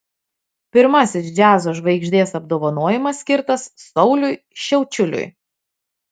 pirmasis džiazo žvaigždės apdovanojimas skirtas sauliui šiaučiuliui